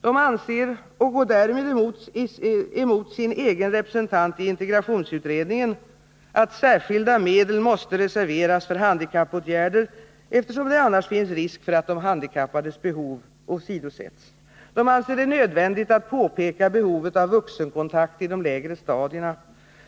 De anser — och går därmed emot sin egen representant i integrationsutredningen — att särskilda medel måste reserveras för handikappåtgärder, eftersom det annars finns risk för att de handikappades behov åsidosätts. De anser det nödvändigt att påpeka behovet av vuxenkontakt i de lägre stadierna.